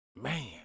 Man